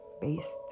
based